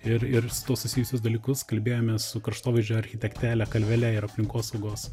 ir ir su tuo susijusius dalykus kalbėjomės su kraštovaizdžio architekte ele kalvele ir aplinkosaugos